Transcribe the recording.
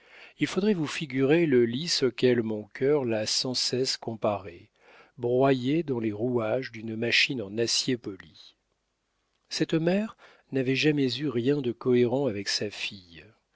il faudrait vous figurer le lys auquel mon cœur l'a sans cesse comparée broyé dans les rouages d'une machine en acier poli cette mère n'avait jamais eu rien de cohérent avec sa fille